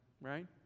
Right